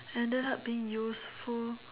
ended up being useful